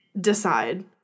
decide